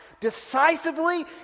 decisively